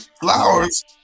flowers